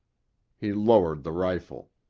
he lowered the rifle.